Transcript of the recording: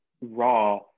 raw